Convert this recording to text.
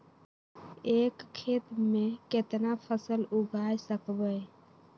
एक खेत मे केतना फसल उगाय सकबै?